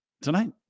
Tonight